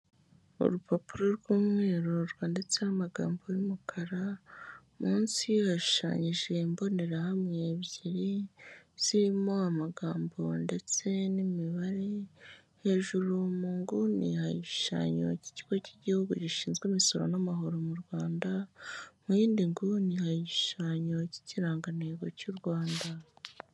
Urupapuro rw'umweru rwanditseho amagambo y'umukara, munsi yaho hashushanyije imbonerahamwe ebyiri zirimo amagambo ndetse n'imibare, hejuru mu nguni hari igishushanyije cy'ikigo Gihugu gishinzwe imisoro n'amahoro mu Rwanda, mu yindi nguni hari igishushanyo cy'ikirangantego cy'u Rwanda.